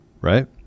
Right